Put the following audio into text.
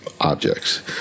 objects